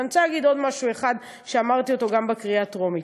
ואני רוצה להגיד עוד משהו שאמרתי גם בקריאה הטרומית,